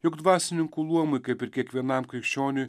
juk dvasininkų luomui kaip ir kiekvienam krikščioniui